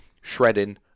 shredding